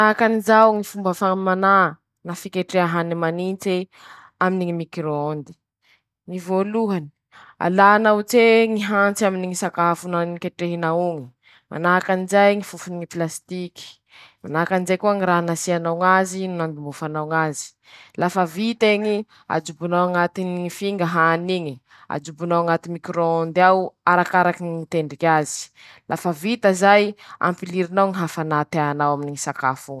Ñy fomba fiketreha pomme de tera :-Sasà pomme de terr'eo angala ñy fotaky aminy eñy, ofasy, vita ofe, tampatampahy, vita tampatampaky ie, tampatampahin-teña ñy tongolo amy tamatesy noho ñy fangaro tean-teña iabiaby, vita reñe, atao añabo eo ñy valañy afanà, ma valañy io ajobo ao ñy menaky, ma menakynio, ajobo ao ñy tongolo aminy ñy tamatesy noho ñy fangaro tean-teña iabiaby, lafa masaky reñe, ajobo ao amizay pomme de terr'eñy asia anaka rano kelikely.